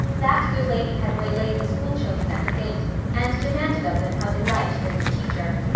that good lady had waylaid the schoolchildren at her gate and demanded of them how they liked their new teacher.